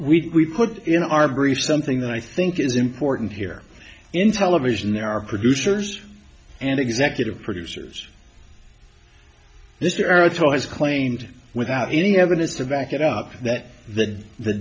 first we put in our brief something that i think is important here in television there are producers and executive producers this year otoh has claimed without any evidence to back it up that the the